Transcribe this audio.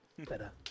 Better